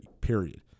period